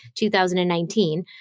2019